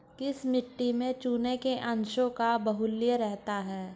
किस मिट्टी में चूने के अंशों का बाहुल्य रहता है?